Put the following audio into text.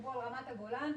תחשבו על רמת הגולן,